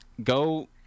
Go